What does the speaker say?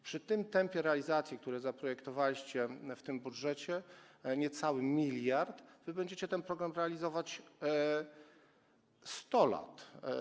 Przy tym tempie realizacji, które zaprojektowaliście w tym budżecie - niecały 1 mld - wy będziecie ten program realizować 100 lat.